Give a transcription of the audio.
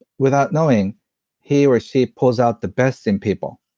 without knowing he or she pulls out the best in people.